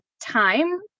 time